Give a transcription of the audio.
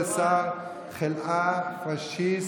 אני עוצר לך רגע את השעון.